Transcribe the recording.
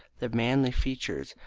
the manly features,